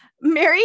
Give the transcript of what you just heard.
Mary